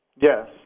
Yes